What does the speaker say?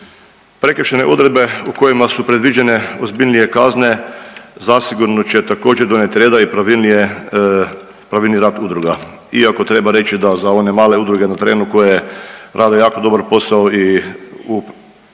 Prekršajne odredbe u kojima su predviđene ozbiljnije kazne zasigurno će također donijet reda i pravilnije, pravilniji rad udruga. Iako treba reći da za one male udruge na terenu koje rade jako dobar posao i u pravilu